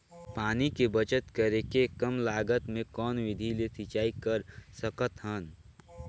पानी के बचत करेके कम लागत मे कौन विधि ले सिंचाई कर सकत हन?